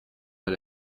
pas